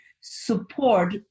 support